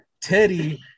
Teddy